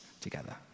together